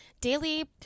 daily